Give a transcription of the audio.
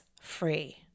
free